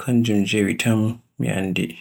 Kanjum jewi taan mi anndita.